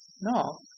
No